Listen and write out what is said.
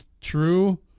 true